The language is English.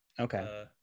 okay